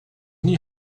nie